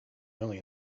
early